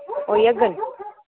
होई जाङन